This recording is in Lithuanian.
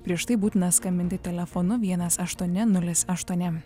prieš tai būtina skambinti telefonu vienas aštuoni nulis aštuoni